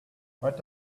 what